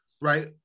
right